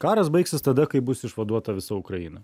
karas baigsis tada kai bus išvaduota visa ukraina